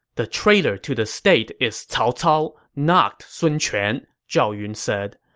the traitor to the state is cao cao, not sun quan, zhao yun said.